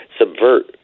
subvert